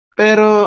pero